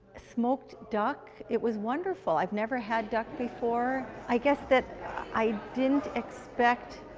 smoked duck. it was wonderful. i've never had duck before. i guess that i didn't expect